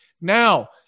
Now